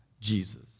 Jesus